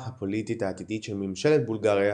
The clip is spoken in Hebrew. הפוליטית העתידית של ממלכת בולגריה